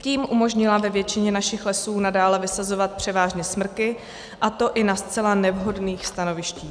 Tím umožnila ve většině našich lesů nadále vysazovat převážně smrky, a to i na zcela nevhodných stanovištích.